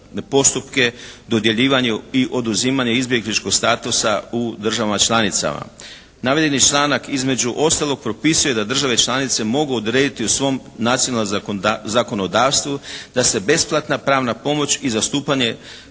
postupke, dodjeljivanju i oduzimanje izbjegličkog statusa u državama članicama. Navedeni članak između ostalog propisuje da države članice mogu odrediti u svom nacionalnom zakonodavstvu da se besplatna pravna pomoć i zastupanje